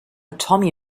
tommy